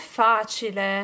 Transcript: facile